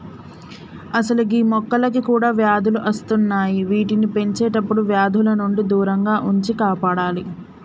అసలు గీ మొక్కలకి కూడా వ్యాధులు అస్తున్నాయి వాటిని పెంచేటప్పుడు వ్యాధుల నుండి దూరంగా ఉంచి కాపాడాలి